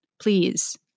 please